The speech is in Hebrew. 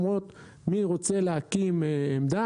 אומרות: מי רוצה להקים עמדה,